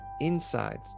inside